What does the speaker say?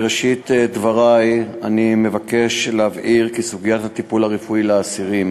בראשית דברי אני מבקש להבהיר כי סוגיית הטיפול הרפואי לאסירים